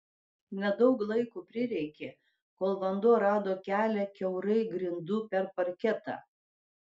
nedaug laiko prireikė kol vanduo rado kelią kiaurai grindų per parketą